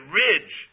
ridge